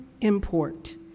import